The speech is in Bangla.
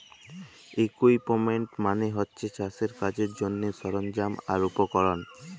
ইকুইপমেল্ট মালে হছে চাষের কাজের জ্যনহে সরল্জাম আর উপকরল